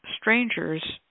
strangers